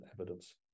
evidence